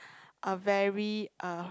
a very uh